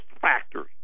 factors